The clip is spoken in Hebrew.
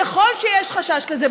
ככל שיש חשש כזה,